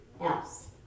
else